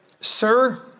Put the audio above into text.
Sir